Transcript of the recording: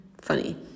funny